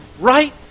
right